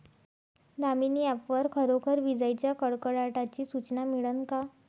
Damini app वर खरोखर विजाइच्या कडकडाटाची सूचना मिळन का?